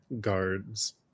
guards